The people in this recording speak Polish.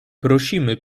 prosimy